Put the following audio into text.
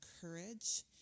courage